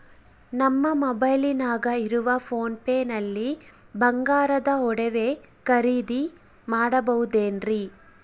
ನಮ್ಮ ಮೊಬೈಲಿನಾಗ ಇರುವ ಪೋನ್ ಪೇ ನಲ್ಲಿ ಬಂಗಾರದ ಒಡವೆ ಖರೇದಿ ಮಾಡಬಹುದೇನ್ರಿ?